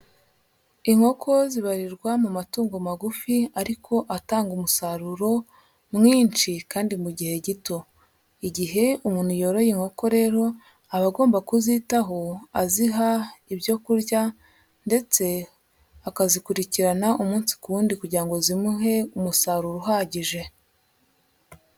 Inkoko zibarirwa mu matungo magufi ariko atanga umusaruro mwinshi kandi mu gihe gito, igihe umuntu yoroye inkoko rero aba agomba kuzitaho aziha ibyo kurya, ndetse akazikurikirana umunsi ku wundi kugira ngo zimuhe umusaruro uhagije.